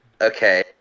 Okay